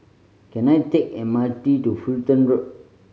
can I take M R T to Fulton Road